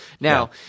Now